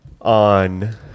on